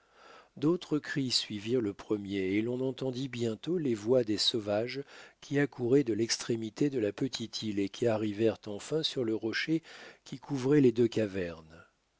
d'autres cris suivirent le premier et l'on entendit bientôt les voix des sauvages qui accouraient de l'extrémité de la petite île et qui arrivèrent enfin sur le rocher qui couvrait les deux cavernes